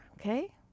okay